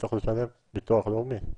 צריך לשלם לביטוח לאומי?